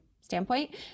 standpoint